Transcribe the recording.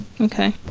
Okay